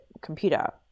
computer